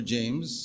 James